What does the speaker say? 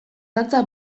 dantza